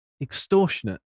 extortionate